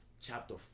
chapter